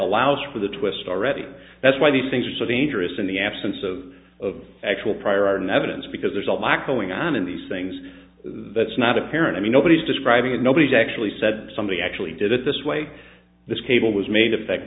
allows for the twist already that's why these things are so dangerous in the absence of of actual prior nevins because there's a lack going on in these things that's not apparent i mean nobody's describing and nobody's actually said somebody actually did it this way this cable was made effect